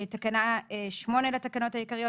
תיקון תקנה 8 בתקנה 8 לתקנות העיקריות,